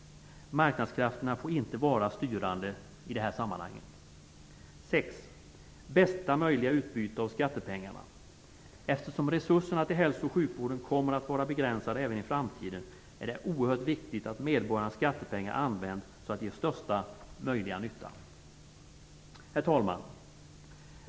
Marknadskrafterna får inte vara styrande i detta sammanhang. 6. Bästa möjliga utbyte av skattepengarna. Eftersom resurserna till hälso och sjukvården kommer att vara begränsade även i framtiden är det oerhört viktigt att medborgarnas skattepengar används så att de ger största möjliga nytta. Herr talman!